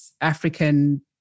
African